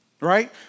right